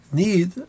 need